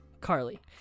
Carly